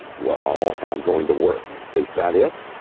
well, and i'm going to work. is that it?